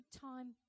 time